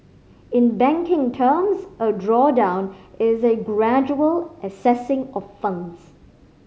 in banking terms a drawdown is a gradual accessing of funds